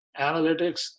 analytics